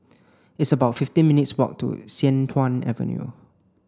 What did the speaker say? it's about fifteen minutes' walk to Sian Tuan Avenue